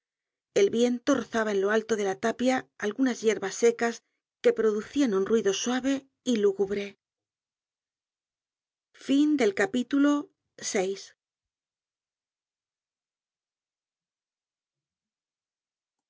el viento rozaba en lo alto de la tapia algunas yerbas secas que producian un ruido suave y lúgubre